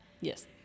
Yes